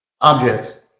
objects